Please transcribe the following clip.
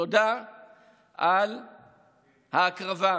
תודה על ההקרבה.